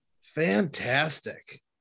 Fantastic